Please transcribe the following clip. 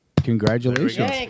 Congratulations